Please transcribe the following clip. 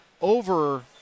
over –